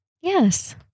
Yes